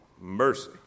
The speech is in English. mercy